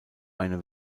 eine